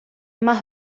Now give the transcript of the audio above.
más